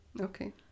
Okay